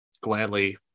gladly